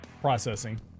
processing